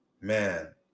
man